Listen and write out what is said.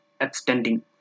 extending